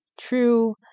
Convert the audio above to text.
true